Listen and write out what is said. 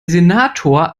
senator